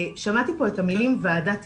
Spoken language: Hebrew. שמעתי פה את המילים 'ועדת היגוי'.